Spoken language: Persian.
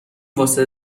واسه